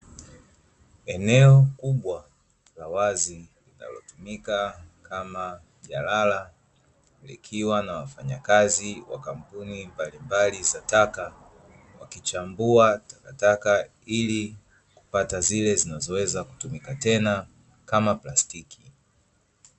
Eneo kubwa la wazi linalotumika kama jalala likiwa na wafanyakazi wa kampuni mbalimbali za taka, wakichambua takataka ili kupata zile zinazoweza kutumia tena kama plastiki.